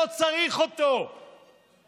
לא צריך חוק כדי לעלות במעלית לקומה החמישית.